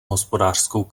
hospodářskou